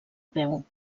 peu